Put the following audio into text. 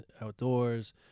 outdoors